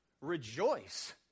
Rejoice